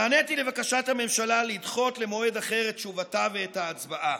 נעניתי לבקשת הממשלה לדחות למועד אחר את תשובתה ואת ההצבעה.